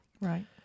right